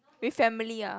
with family ah